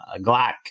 Glock